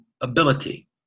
ability